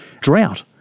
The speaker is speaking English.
drought